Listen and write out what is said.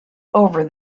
over